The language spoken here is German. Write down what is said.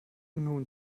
nun